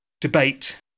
debate